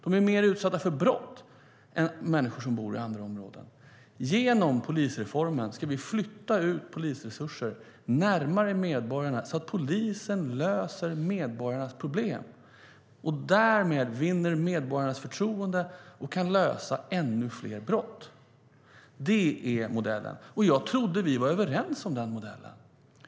De är mer utsatta för brott än människor som bor i andra områden. Genom polisreformen ska vi flytta ut polisresurser närmare medborgarna så att polisen löser medborgarnas problem och därmed vinner medborgarnas förtroende och kan lösa ännu fler brott. Det är modellen, och jag trodde att vi var överens om den modellen.